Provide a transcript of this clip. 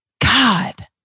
God